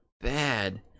bad